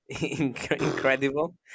incredible